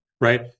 Right